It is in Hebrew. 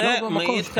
במקום שלך.